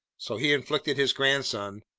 so he inflicted his grandson,